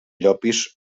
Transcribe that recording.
llopis